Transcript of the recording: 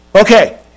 Okay